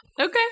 Okay